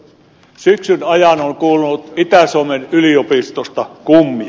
syksyn ajan on kuulunut itä suomen yliopistosta kummia